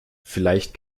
vielleicht